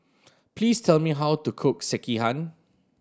please tell me how to cook Sekihan